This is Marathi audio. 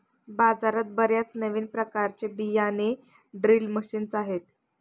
बाजारात बर्याच नवीन प्रकारचे बियाणे ड्रिल मशीन्स आहेत